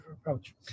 approach